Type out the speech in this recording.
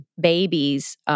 babies